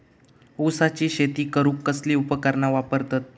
ऊसाची शेती करूक कसली उपकरणा वापरतत?